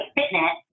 Fitness